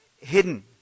hidden